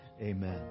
Amen